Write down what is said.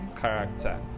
character